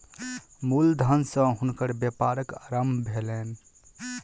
मूल धन सॅ हुनकर व्यापारक आरम्भ भेलैन